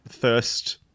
first